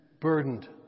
burdened